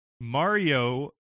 Mario